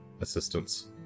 assistance